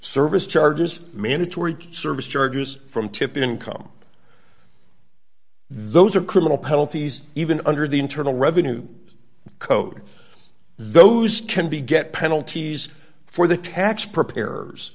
service charges mandatory service charges from tip income those are criminal penalties even under the internal revenue code those can be get penalties for the tax preparers